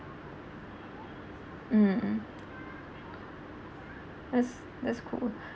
mmhmm that's that's cool